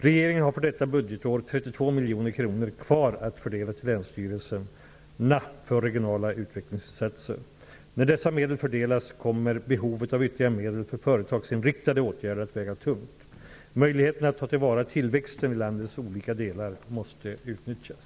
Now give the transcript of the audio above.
Regeringen har för detta budgetår 32 miljoner kronor kvar att fördela till länsstyrelserna för regionala utvecklingsinsatser. När dessa medel fördelas kommer behovet av ytterligare medel för företagsinriktade åtgärder att väga tungt. Möjligheten att ta till vara tillväxten i landets olika delar måste utnyttjas.